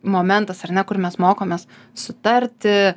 momentas ar ne kur mes mokomės sutarti